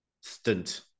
stint